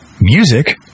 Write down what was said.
music